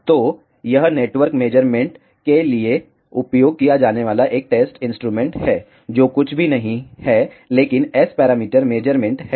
तो यह network measurement के लिए उपयोग किया जाने वाला एक टेस्ट इंस्ट्रूमेंट है जो कुछ भी नहीं है लेकिन S पैरामीटर मेज़रमेंट है